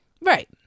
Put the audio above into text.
Right